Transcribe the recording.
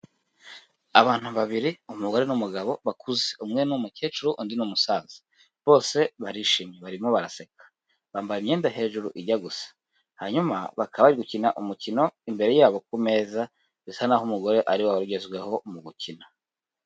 Abantu babiri umugore n'umugabo bakuze umwe n'umukecuru undi ni umusaza bose barishimye barimo baraseka, bambaye imyenda hejuru ijya gusa, hanyuma bakaba bari gukina umukino imbere yabo ku meza bisa n'aho umugore ari we wari ugezweho mu gukina.